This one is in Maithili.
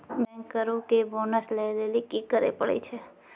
बैंकरो के बोनस लै लेली कि करै पड़ै छै?